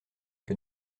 que